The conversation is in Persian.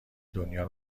دنیا